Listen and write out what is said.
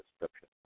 description